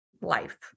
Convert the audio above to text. life